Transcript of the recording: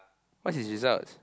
what's his results